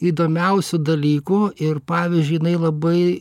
įdomiausių dalykų ir pavyzdžiui jinai labai